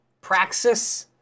Praxis